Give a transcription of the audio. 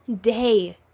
day